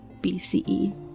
BCE